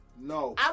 No